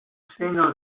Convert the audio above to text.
seno